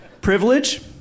Privilege